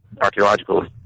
archaeological